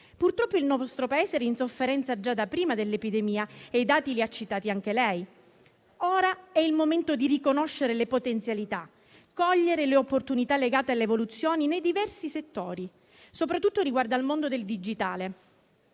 Purtroppo il nostro Paese era in sofferenza già da prima dell'epidemia, come emerge dai dati citati anche dal Presidente del Consiglio. Ora è il momento di riconoscere le potenzialità, di cogliere le opportunità legate alle evoluzioni nei diversi settori, soprattutto riguardo al mondo del digitale.